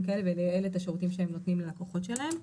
כאלה ולייעל את השירותים שהם נותנים ללקוחות שלהם.